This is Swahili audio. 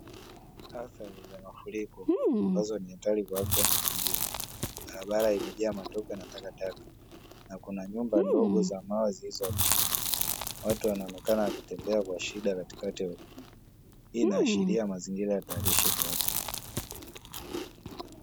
Athari za mafuriko ambazo pia ni hatari kwa afya na mazingira. Barabara imejaa matope na takataka, na kuna nyumba ndogo za mawe zilizoharibika. Watu wanaonekana wakitembea kwa shida katikati ya hali hiyo. Hii inaashiria mazingira hatarishi kwa watu.